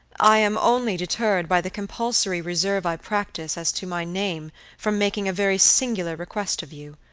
i am only deterred by the compulsory reserve i practice as to my name from making a very singular request of you.